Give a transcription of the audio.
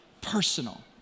personal